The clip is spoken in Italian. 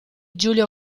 giulio